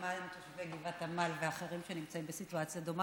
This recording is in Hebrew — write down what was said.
למען תושבי גבעת עמל ואחרים שנמצאים בסיטואציה דומה,